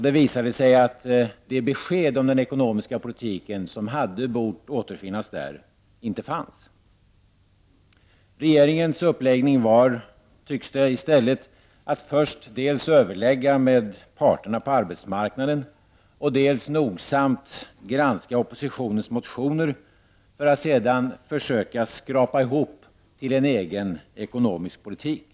Det visade sig att de besked om den ekonomiska politiken som hade bort återfinnas där inte fanns. Regeringens uppläggning var i stället, tycks det, att först dels överlägga med parterna på arbetsmarknaden, dels nogsamt granska oppositionens motioner för att sedan försöka skrapa ihop till en egen ekonomisk politik.